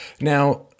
Now